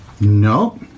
No